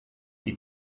die